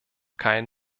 kein